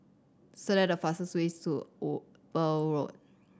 select the fastest ways to Eber Road